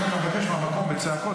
ארבע פעמים ביבי הצביע.